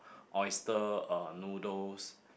oyster uh noodles